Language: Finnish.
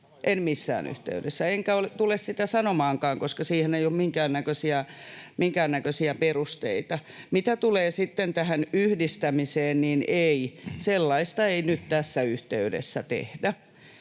en missään yhteydessä, enkä tule sitä sanomaankaan, koska siihen ei ole minkäännäköisiä perusteita. Mitä tulee sitten tähän yhdistämiseen, niin ei, sellaista ei nyt tässä yhteydessä tehdä.